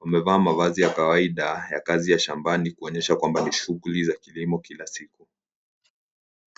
Wamevaa mavazi ya kawaida ya kazi ya shambani kuonyesha kwamba ni shughuli za kilimo kila siku.